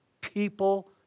people